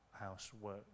housework